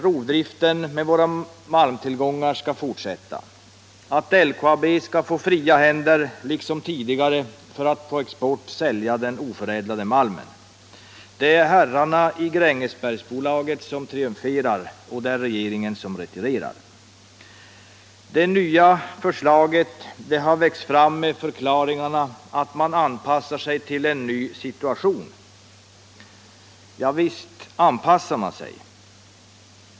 Rovdriften med våra malmtillgångar skall fortsätta, och LKAB får liksom tidigare fria händer att på export sälja den oförädlade malmen. Det är herrarna i Grängesbergsbolaget som triumferar och det är regeringen som retirerar. Det nya förslaget växte fram med förklaringen att man ”anpassar sig till en ny situation”. Ja, visst anpassar man sig.